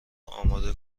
اماده